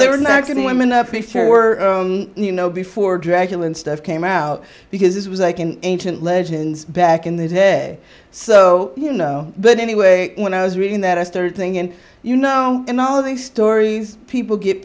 fare were you know before dracula and stuff came out because this was like an ancient legends back in the day so you know but anyway when i was reading that i started thinking you know in all of these stories people get